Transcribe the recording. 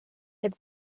heb